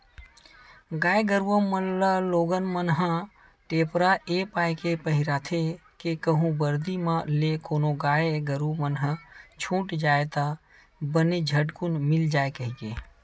गाय गरुवा मन ल लोगन मन ह टेपरा ऐ पाय के पहिराथे के कहूँ बरदी म ले कोनो गाय गरु मन ह छूट जावय ता बने झटकून मिल जाय कहिके